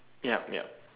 yep yep